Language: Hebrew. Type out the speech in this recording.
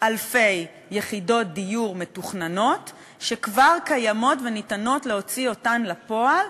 אלפי יחידות דיור מתוכננות שכבר קיימות וניתן להוציא אותן לפועל,